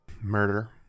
Murder